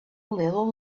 little